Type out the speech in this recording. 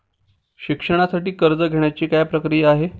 शिक्षणासाठी कर्ज घेण्याची काय प्रक्रिया आहे?